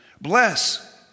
Bless